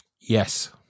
Yes